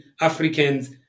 Africans